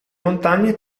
montagne